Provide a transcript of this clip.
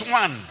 one